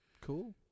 Cool